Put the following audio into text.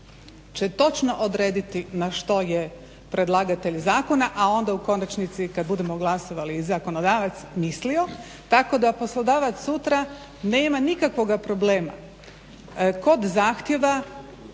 će točno odrediti na što je predlagatelj zakona, a onda u konačnici kad budemo glasovali i zakonodavac mislio, tako da poslodavac sutra nema nikakvoga problema kod zahtjeva